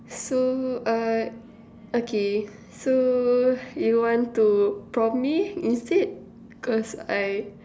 so uh okay so you want to prompt me instead cause I